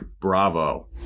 bravo